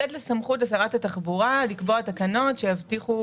לתת סמכות לשרת התחבורה לקבוע תקנות שיבטיחו